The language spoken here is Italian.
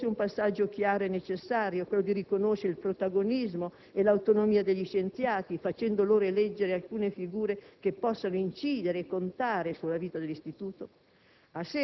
Non è forse un passaggio chiaro e necessario quello di riconoscere il protagonismo e l'autonomia degli scienziati facendo loro eleggere alcune figure che possano incidere e contare sulla vita dell'istituto?